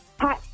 Hi